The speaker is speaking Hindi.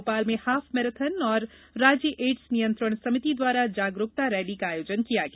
भोपाल में हाफ मैराथन और राज्य एड्स नियंत्रण समिति द्वारा जागरूकता रैली का आयोजन किया गया